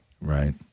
Right